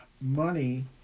money